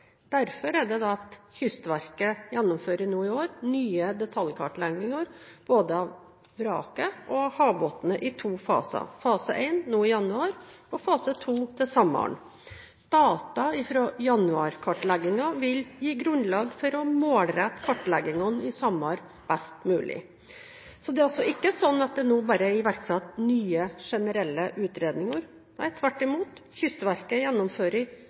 Derfor er det Kystverket i år gjennomfører nye detaljkartlegginger både av vraket og av havbunnen i to faser – fase 1 nå i januar og fase 2 til sommeren. Data fra januar-kartleggingen vil gi grunnlag for å målrette kartleggingene i sommer best mulig. Det er altså ikke slik at det nå bare er iverksatt nye generelle utredninger. Nei, tvert imot. Kystverket gjennomfører